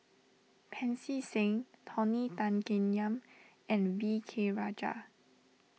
Pancy Seng Tony Tan Keng Yam and V K Rajah